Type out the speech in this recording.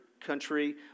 country